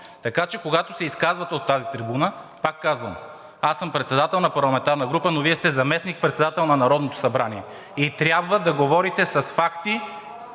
Така че, когато се изказвате от тази трибуна, повтарям, аз съм председател на парламентарна група, но Вие сте заместник-председател на Народното събрание и трябва да говорите с факти,